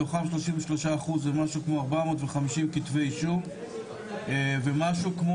מתוכם 33 אחוז זה משהו כמו 450 כתבי אישום ומשהו כמו,